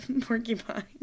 porcupine